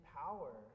power